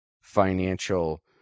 financial